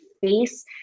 face